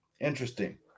Interesting